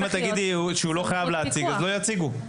אם תגידי שהוא לא חייב להציג, אז לא יציגו.